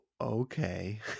okay